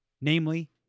namely